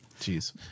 Jeez